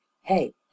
hey